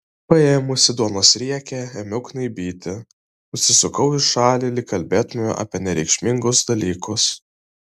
paėmusi duonos riekę ėmiau knaibyti nusisukau į šalį lyg kalbėtumėme apie nereikšmingus dalykus